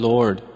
Lord